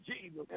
Jesus